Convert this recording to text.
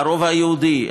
הרובע היהודי,